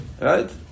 right